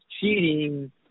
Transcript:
cheating